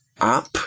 up